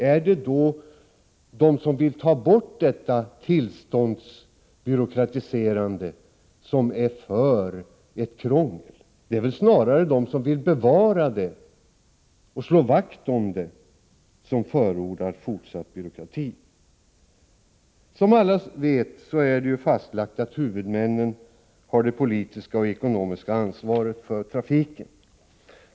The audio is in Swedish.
Är det då de som vill ta bort denna tillståndsbyråkrati som är för krångel? Det är väl snarare de som vill bevara den och som slår vakt om den. Det är som alla vet fastlagt att huvudmännen har det politiska och ekonomiska ansvaret för trafiken.